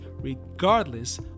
regardless